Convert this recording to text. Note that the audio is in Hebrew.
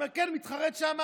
הוא אומר: כן, אני מתחרט שאמרתי.